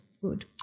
food